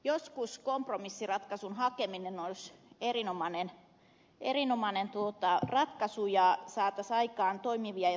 joskus kompromissiratkaisun hakeminen olisi erinomainen ratkaisu ja sillä saataisiin aikaan toimivia ja turvallisia tapoja tehdä asioita